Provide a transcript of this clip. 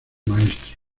maestro